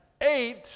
eight